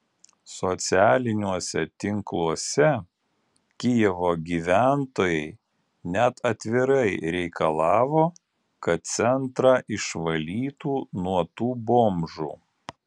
socialiniuose tinkluose kijevo gyventojai net atvirai reikalavo kad centrą išvalytų nuo tų bomžų